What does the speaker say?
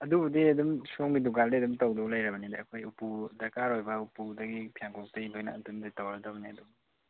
ꯑꯗꯨꯕꯨꯗꯤ ꯑꯗꯨꯝ ꯁꯣꯝꯒꯤ ꯗꯨꯀꯥꯟꯗꯩ ꯑꯗꯨꯝ ꯇꯧꯗꯧꯕ ꯂꯩꯔꯕꯅꯤꯗ ꯑꯩꯈꯣꯏ ꯎꯄꯨ ꯗꯔꯀꯥꯔ ꯑꯣꯏꯕ ꯎꯄꯨꯗꯒꯤ ꯐꯤꯌꯥꯟꯀꯣꯛꯇꯒꯤ ꯂꯣꯏꯅ ꯑꯗꯣꯝꯗꯒꯤ ꯇꯧꯔꯗꯕꯅꯦ ꯑꯗꯨ